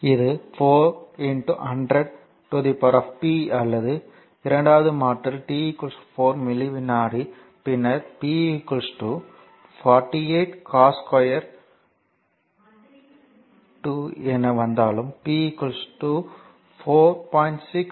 இது 410p அல்லது இரண்டாவது மாற்று t 4 மில்லி வினாடி பின்னர் p 48 cos 2 எது வந்தாலும் p 4